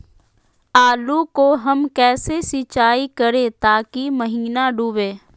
आलू को हम कैसे सिंचाई करे ताकी महिना डूबे?